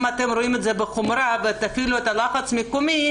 אם אתם רואים את זה בחומרה ותפעילו את הלחץ המקומי,